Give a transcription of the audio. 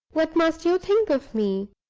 what must you think of me?